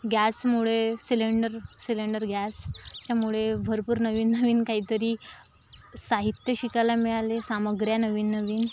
गॅसमुळे cylinder cylinder gas यामुळे भरपूर नवीन नवीन काहीतरी साहित्य शिकायला मिळाले सामग्र्या नवीन नवीन